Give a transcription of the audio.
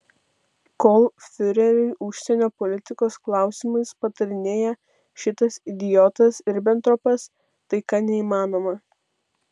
kol fiureriui užsienio politikos klausimais patarinėja šitas idiotas ribentropas taika neįmanoma